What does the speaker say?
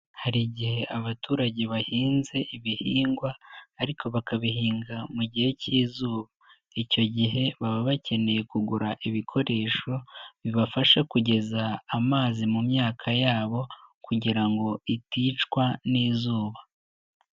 Hari igihe abaturage bahinze ibihingwa, ariko bakabihinga mu gihe cy'izuba, icyo gihe baba bakeneye kugura ibikoresho bibafasha kugeza amazi mu myaka yabo, kugira ngo iticwa n'izuba.